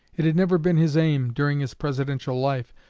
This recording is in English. it had never been his aim, during his presidential life,